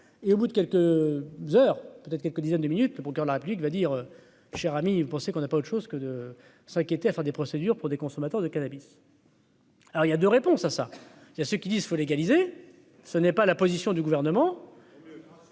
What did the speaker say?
et, au bout de qu'elle te heures peut-être quelques dizaines de minutes le coeur de la République va dire cher amis, vous pensez qu'on n'a pas autre chose que de s'inquiéter à enfin des procédures pour des consommateurs de cannabis. Alors il y a 2 réponses à ça, il y a ceux qui disent faut légaliser ce n'est pas la position du gouvernement.